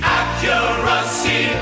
accuracy